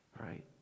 right